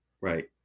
Right